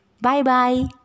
Bye-bye